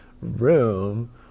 room